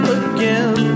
again